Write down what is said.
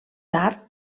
tard